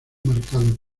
marcado